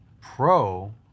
Pro